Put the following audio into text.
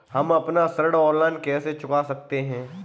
हम अपना ऋण ऑनलाइन कैसे चुका सकते हैं?